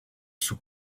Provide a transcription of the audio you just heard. sous